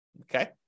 Okay